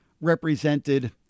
represented